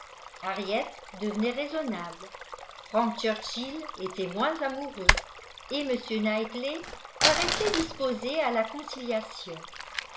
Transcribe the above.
henriette devenait raisonnable frank churchill était moins amoureux et m knightley paraissait disposé à la conciliation